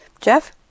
Jeff